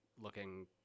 looking